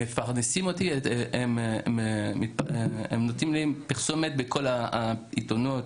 הם נותנים לי פרסומת בכל העיתונות.